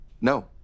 No